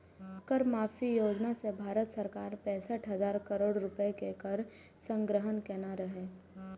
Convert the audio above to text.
कर माफी योजना सं भारत सरकार पैंसठ हजार करोड़ रुपैया के कर संग्रह केने रहै